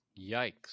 yikes